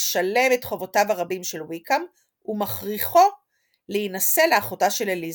המשלם את חובותיו הרבים של ויקהם ומכריחו להינשא לאחותה של אליזבת.